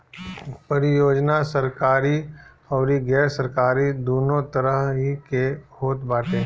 परियोजना सरकारी अउरी गैर सरकारी दूनो तरही के होत बाटे